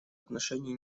отношения